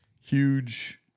huge